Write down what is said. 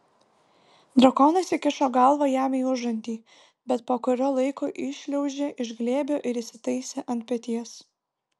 drakonas įkišo galvą jam į užantį bet po kurio laiko iššliaužė iš glėbio ir įsitaisė ant peties